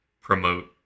promote